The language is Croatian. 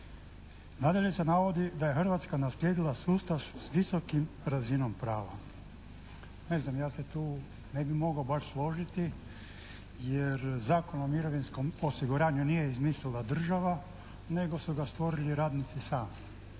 Nadalje se navodi da je Hrvatska naslijedila sustav s visokom razinom prava. Ne znam, ja se tu ne bi mogao baš složiti jer Zakon o mirovinskom osiguranju nije izmislila država nego su ga stvorili radnici sami.